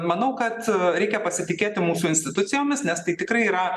manau kad reikia pasitikėti mūsų institucijomis nes tai tikrai yra